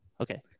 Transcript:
Okay